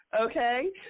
Okay